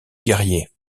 guerriers